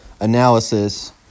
analysis